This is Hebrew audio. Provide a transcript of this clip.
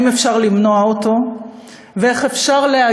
האם אפשר למנוע אותו?